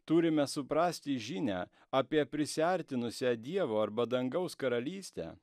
turime suprasti žinią apie prisiartinusią dievo arba dangaus karalystę